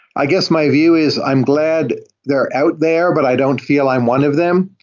i guess my view is i'm glad they're out there, but i don't feel i'm one of them.